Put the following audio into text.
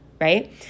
right